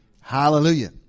Hallelujah